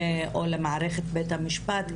או למערכת בית המשפט,